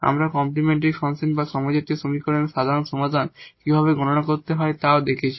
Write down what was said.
আমরা complementary function বা homogeneous সমীকরণের সাধারণ সমাধান কীভাবে গণনা করতে হয় তাও শিখেছি